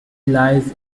lies